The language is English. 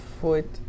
foot